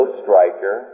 striker